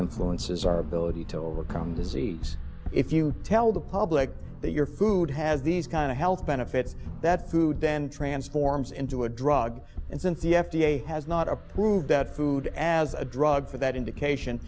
influences our ability to overcome disease if you tell the public that your food has these kind of health benefits that food then transforms into a drug and since the f d a has not approved that food as a drug for that indication